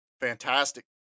fantastic